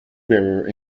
bearer